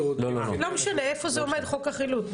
איפה עומד חוק החילוט?